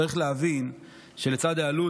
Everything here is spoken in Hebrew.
צריך להבין שלצד העלות,